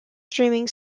streaming